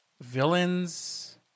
villains